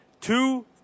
two